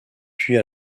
puis